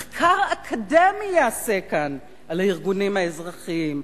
מחקר אקדמי ייעשה כאן על הארגונים האזרחיים.